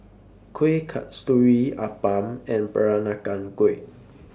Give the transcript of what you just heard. Kueh Kasturi Appam and Peranakan Kueh